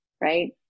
right